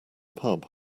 pub